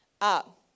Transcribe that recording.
up